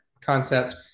concept